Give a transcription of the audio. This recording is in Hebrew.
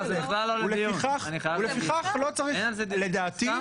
לפיכך לדעתי,